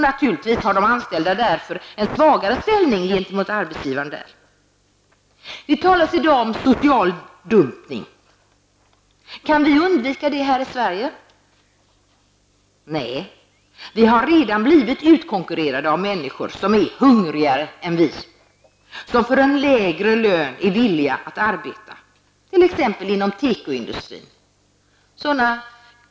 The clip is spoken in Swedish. Naturligtvis har de anställda därför en svagare ställning gentemot arbetsgivaren. Det talas i dag om social dumpning. Kan vi undvika det här i Sverige? Nej, vi har redan blivit utkonkurrerade av människor som är hungrigare än vi och som för en lägre lön är villiga att arbeta inom t.ex. teko-industrin.